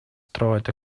droed